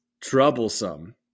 troublesome